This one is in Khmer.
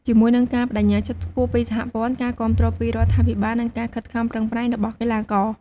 ជាមួយនឹងការប្ដេជ្ញាចិត្តខ្ពស់ពីសហព័ន្ធ ការគាំទ្រពីរដ្ឋាភិបាល និងការខិតខំប្រឹងប្រែងរបស់កីឡាករ។